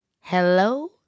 Hello